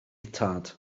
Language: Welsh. tad